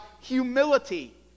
humility